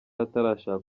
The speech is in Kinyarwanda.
atarashaka